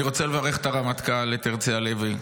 אני רוצה לברך את הרמטכ"ל, את הרצי הלוי,